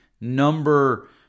number